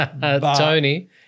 Tony